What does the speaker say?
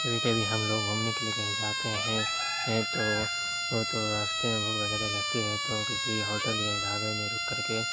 کبھی کبھی ہم لوگ گھومنے کے لیے کہیں جاتے ہیں ہیں تو وہ تو راستے میں بھوک وغیرہ لگتی ہے تو کسی ہوٹل یا ڈھابے میں رک کر کے